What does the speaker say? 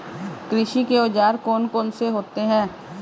कृषि के औजार कौन कौन से होते हैं?